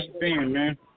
Man